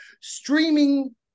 streaming